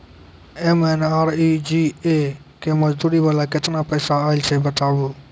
MNREGA के मज़दूरी वाला केतना पैसा आयल छै बताबू?